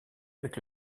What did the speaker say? avec